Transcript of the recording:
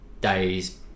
days